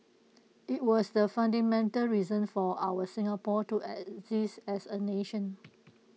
IT was the fundamental reason for our Singapore to exist as A nation